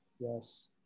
yes